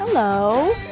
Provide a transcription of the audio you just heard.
Hello